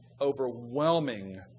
overwhelming